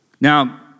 Now